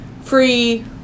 free